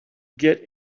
get